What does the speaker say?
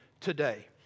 today